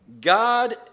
God